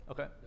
Okay